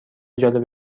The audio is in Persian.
جالب